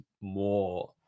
more